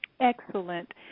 excellent